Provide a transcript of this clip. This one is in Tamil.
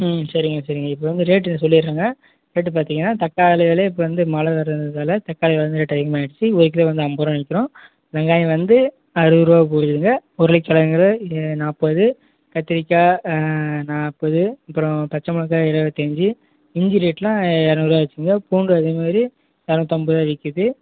ம் சரிங்க சரிங்க இப்போ வந்து ரேட்டு சொல்லிடறேங்க ரேட்டு பார்த்தீங்கன்னா தக்காளி விலை இப்போ வந்து மழை வேற் வந்ததால் தக்காளி வந்து ரேட்டு அதிகமாயிடுச்சு ஒரு கிலோ வந்து அம்பது ரூபானு விற்கிறோம் வெங்காயம் வந்து அறுபது ரூபா போகுதுங்க உருளைக்கிழங்கு வெலை எ நாற்பது கத்திரிக்காய் நாற்பது அப்புறம் பச்சை மொளகாய் இருபத்தி அஞ்சு இஞ்சி ரேட்டெலாம் இரநூறுவா ஆயிடுச்சுங்க பூண்டு அதே மாதிரி இரநூத்தம்பது ரூபா விற்கிது